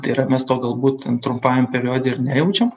tai yra mes to galbūt trumpajam periode ir nejaučiam